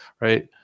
right